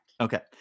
Okay